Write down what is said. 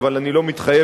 אבל אני לא מתחייב,